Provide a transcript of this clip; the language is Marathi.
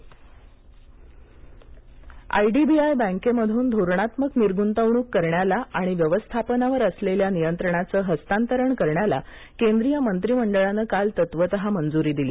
केंद्रीय मंत्रीमंडळ आयडीबीआय बँकेमधून धोरणात्मक निर्गूतवणूक करण्याला आणि व्यवस्थापनावर असलेल्या नियंत्रणाचं हस्तांतरण करण्याला केंद्रीय मंत्रीमंडळानं काल तत्त्वत मंजुरी दिली